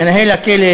מנהל הכלא,